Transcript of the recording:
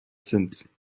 since